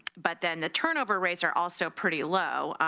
but then the turnover rates are also pretty low.